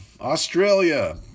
Australia